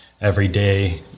everyday